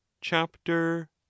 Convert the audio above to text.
Chapter